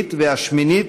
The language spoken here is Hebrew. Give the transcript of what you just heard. השביעית והשמינית